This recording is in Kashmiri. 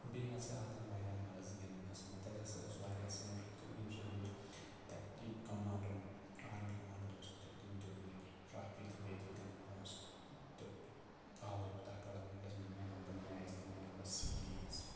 بیٚیہِ ہَسا آو تَتہِ واریاہ مَزٕ گِنٛدنَس مہ تَتہِ ہَسا اوس واریاہ تہٕ ییٚمۍ سۭتۍ مےٚ تَتہِ کی کَمانٛڈَرَن آرمی کَمانٛڈَر اوس تہٕ تٔمۍ دیُت مےٚ ٹرٛافی تہٕ بیٚیہِ دِتِن پونٛسہٕ تہٕ آوُس بہٕ تَتھ ٹولامٮ۪نٛٹَس منٛز مین آف دَ میچ تہٕ مین آف دَ سیٖریٖز